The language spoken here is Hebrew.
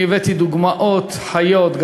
אני הבאתי דוגמאות חיות,